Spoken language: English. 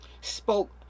spoke